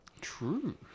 True